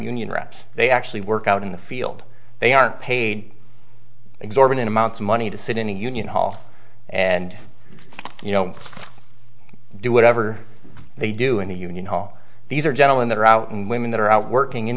union reps they actually work out in the field they are paid exorbitant amounts of money to sit in a union hall and you know do whatever they do in the union hall these are gentlemen that are out and women that are out working in